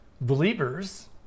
believers